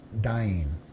dying